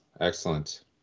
Excellent